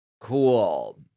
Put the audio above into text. Cool